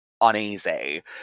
uneasy